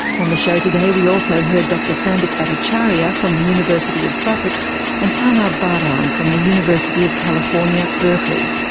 on the show today we also heard dr sambit bhattacharyya from the university of sussex and pranab but bardhan from the university of california, berkeley.